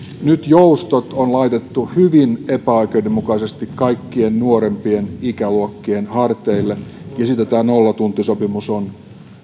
nyt joustot on laitettu hyvin epäoikeudenmukaisesti kaikkien nuorempien ikäluokkien harteille ja siitä tämä nollatuntisopimus on